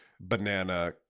banana